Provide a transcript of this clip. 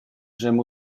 j’aime